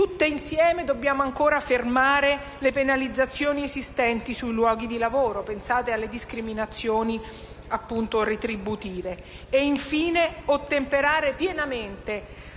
Tutte insieme dobbiamo ancora fermare le penalizzazioni esistenti sui luoghi di lavoro - pensate alle discriminazioni retributive - e infine ottemperare pienamente